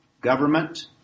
government